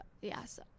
yes